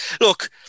look